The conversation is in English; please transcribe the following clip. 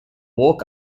walk